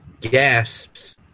gasps